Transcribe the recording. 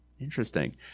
Interesting